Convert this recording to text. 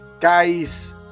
Guys